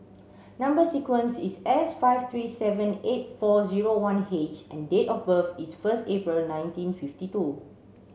number sequence is S five three seven eight four zero one H and date of birth is first April nineteen fifty two